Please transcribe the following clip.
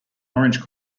orange